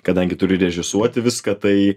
kadangi turi režisuoti viską tai